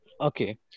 Okay